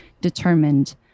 determined